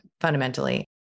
fundamentally